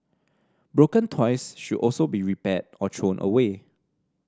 broken toys should also be repaired or thrown away